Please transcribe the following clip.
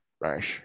Right